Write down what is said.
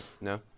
No